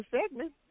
segment